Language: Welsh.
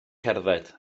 cerdded